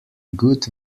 good